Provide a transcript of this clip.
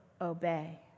obey